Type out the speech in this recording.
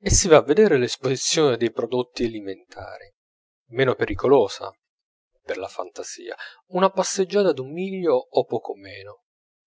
e si va a vedere l'esposizione dei prodotti alimentari meno pericolosa per la fantasia una passeggiata d'un miglio o poco meno